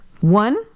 One